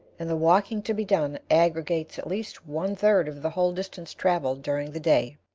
and the walking to be done aggregates at least one-third of the whole distance travelled during the day.